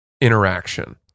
interaction